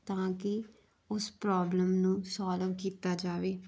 ਤਾਂ ਕਿ ਉਸ ਪ੍ਰੋਬਲਮ ਨੂੰ ਸੋਲਵ ਕੀਤਾ ਜਾਵੇ